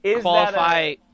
qualify